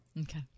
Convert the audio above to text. Okay